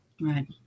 Right